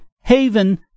Haven